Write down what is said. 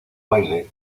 baile